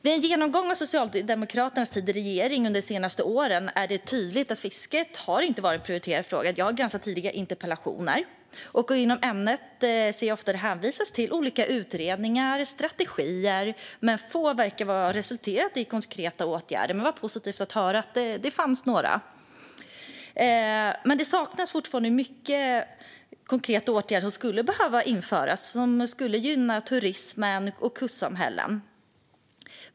Vid en genomgång av Socialdemokraternas tid i regering under de senaste åren är det tydligt att fisket inte har varit en prioriterad fråga. Jag har granskat tidigare interpellationer, och jag ser att det inom ämnet ofta hänvisas till olika utredningar och strategier. Få verkar ha resulterat i några konkreta åtgärder, men det var positivt att höra att det ändå fanns några. Det saknas fortfarande konkreta åtgärder, som skulle behöva införas. Det är sådant som skulle gynna turismen och kustsamhällena.